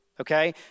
okay